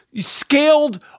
scaled